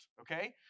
okay